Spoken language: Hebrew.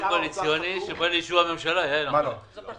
אני חושבת שלא נכון שככל שהתקבלה